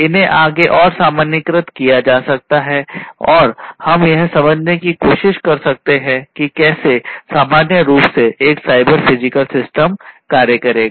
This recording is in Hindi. इन्हें आगे और सामान्यीकृत किया जा सकता है और हम यह समझने की कोशिश कर सकते हैं कि कैसे सामान्य रूप से एक साइबर फिजिकल सिस्टम कार्य करेगा